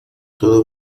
todo